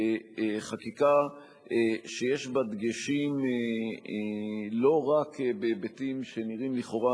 חקיקה שיש בה דגשים לא רק בהיבטים שנראים לכאורה